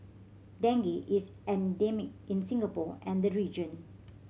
dengue is endemic in Singapore and the region